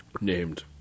named